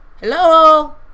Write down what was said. hello